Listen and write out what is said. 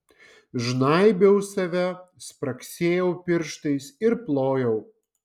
žnaibiau save spragsėjau pirštais ir plojau